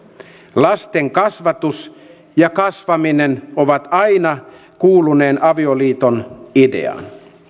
lasten kasvatus ja kasvaminen ovat aina kuuluneet avioliiton ideaan